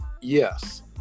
yes